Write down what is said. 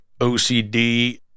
OCD